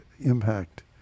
impact